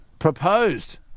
proposed